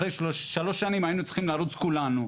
אחרי שלוש שנים היינו צריכים לרוץ כולנו,